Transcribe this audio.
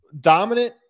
dominant